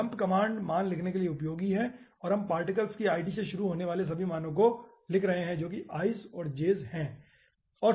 dump command मान लिखने के लिए उपयोगी है और हम पार्टिकल की id से शुरू होने वाले सभी मानों को लिख रहे हैं जो कि is या js हैं